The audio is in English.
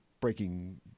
Breaking